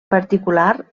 particular